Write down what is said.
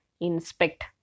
inspect